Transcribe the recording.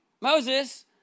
Moses